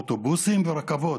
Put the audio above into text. אוטובוסים ורכבות,